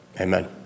amen